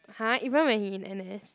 !huh! even when he in n_s